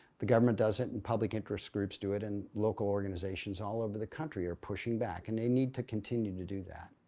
the government does it and public interest groups do it and local organizations all over the country are pushing back and they need to continue to do that.